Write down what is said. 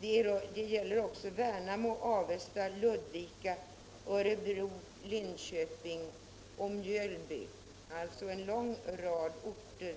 Det gäller också Värnamo, Avesta, Ludvika, Örebro, Linköping och Mjölby, alltså en lång rad orter.